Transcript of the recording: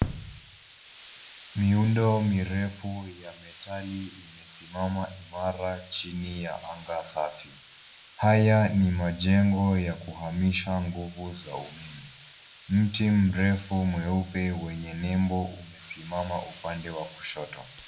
Miundo mirefu ya metali imesimama imara chini ya anga safi. Haya ni majengo ya kuhamisha nguvu za umeme. Mti mrefu mweupe wenye nembo umesimama upande wa kushoto.